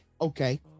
okay